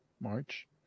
March